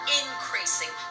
increasing